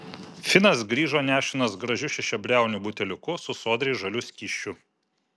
finas grįžo nešinas gražiu šešiabriauniu buteliuku su sodriai žaliu skysčiu